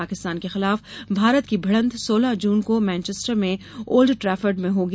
पाकिस्तान के खिलाफ भारत की भिड़ंत सोलह जून को मैनचैस्टर में ओल्ड ट्रैफर्ड में होगी